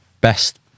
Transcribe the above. best